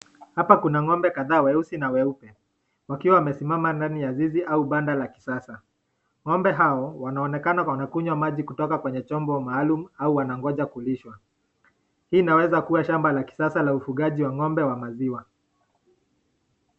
Hapa kuna ng'ombe kadhaa weusi na weupe, wakiwa wamesimama ndani ya zizi au banda la kisasa. Ng'ombe hao wanaonekana wanakunywa maji kutoka kwenye chombo maalum au wanangoja kulishwa. Hii inaweza kuwa shamba la kisasa la ufugaji wa ng'ombe wa maziwa.